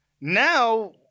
Now